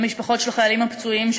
למשפחות של החיילים הפצועים,